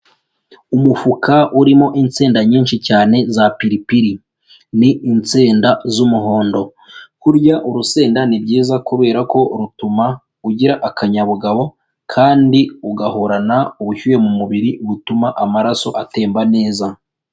Umufuka urimo insenda nyinshi cyane za piripiri, ni insenda z'umuhondo, kurya urusenda ni byiza kubera ko rutuma ugira akanyabugabo kandi ugahorana ubushyuhe mu mubiri butuma amaraso atemba neza.